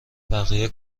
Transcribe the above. بقیه